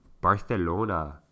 Barcelona